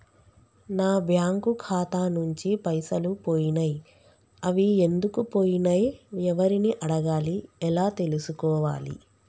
నా బ్యాంకు ఖాతా నుంచి పైసలు పోయినయ్ అవి ఎందుకు పోయినయ్ ఎవరిని అడగాలి ఎలా తెలుసుకోవాలి?